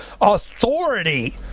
authority